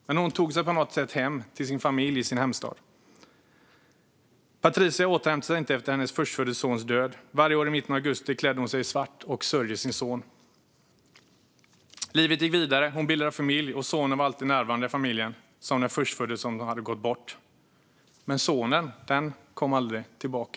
Men hon tog sig på något sätt hem till sin familj i sin hemstad. Patricia återhämtade sig inte efter sin förstfödde sons död. Varje år i mitten av augusti klädde hon sig i svart och sörjde sin son. Livet gick vidare, och hon bildade familj. Sonen var alltid närvarande i familjen som den förstfödde som hade gått bort, och hon fick honom aldrig tillbaka.